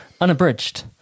unabridged